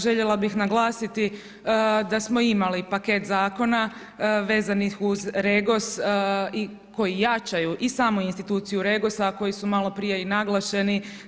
Željela bih naglasiti da smo imali paket zakona vezanih uz REGOS koji jačaju i samu instituciju REGOS-a, a koji su malo prije i naglašeni.